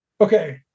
Okay